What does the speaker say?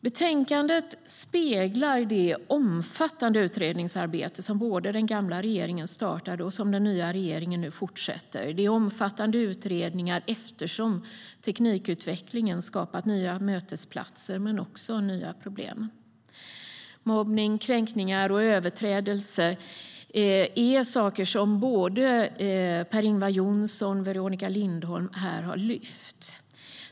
Betänkandet speglar det omfattande utredningsarbete som den gamla regeringen startade och som den nya regeringen nu fortsätter. Det är omfattande utredningar eftersom teknikutvecklingen har skapat nya mötesplatser men också nya problem. Mobbning, kränkningar och överträdelser är saker som både Per-Ingvar Johnsson och Veronica Lindholm här har lyft fram.